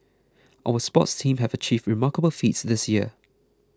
our sports teams have achieved remarkable feats this year